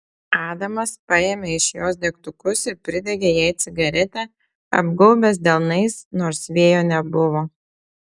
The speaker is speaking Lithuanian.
adamas paėmė iš jos degtukus ir pridegė jai cigaretę apgaubęs delnais nors vėjo nebuvo